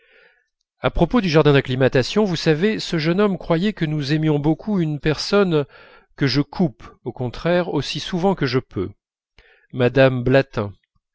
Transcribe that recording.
à propos du jardin d'acclimatation vous savez ce jeune homme croyait que nous aimions beaucoup une personne que je coupe au contraire aussi souvent que je peux mme blatin